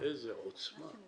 איזה עוצמה.